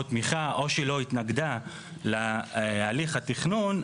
תמיכה או שלא התנגדה להליך התכנון,